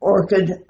Orchid